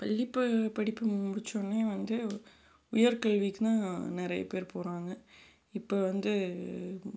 பள்ளிப்ப படிப்பு முடிச்சவுன்னே வந்து உயர்க்கல்விக்குதான் நிறைய பேர் போகிறாங்க இப்போ வந்து